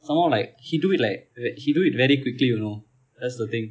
some more like he do it like ve~ he do it very quickly you know that's the thing